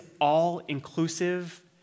all-inclusive